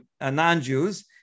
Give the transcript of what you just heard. non-Jews